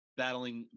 battling